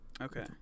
Okay